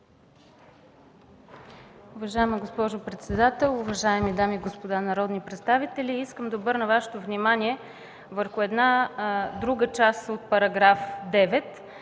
Уважаема госпожо председател, уважаеми дами и господа народни представители! Искам да обърна Вашето внимание върху една друга част от § 9,